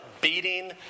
beating